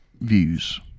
views